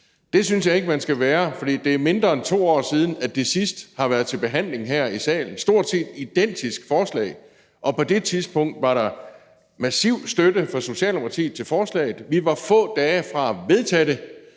Det synes jeg ikke man skal være, for det er mindre end 2 år siden, det sidst har været til behandling her i salen, altså et stort set identisk forslag, og på det tidspunkt var der massiv støtte fra Socialdemokratiets side til forslaget, og vi var få dage fra at vedtage det,